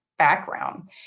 background